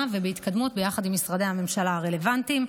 ובהתקדמות ביחד עם משרדי הממשלה הרלוונטיים,